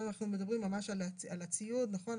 עכשיו אנחנו מדברים ממש על הציוד, התרופות.